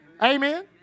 Amen